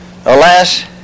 Alas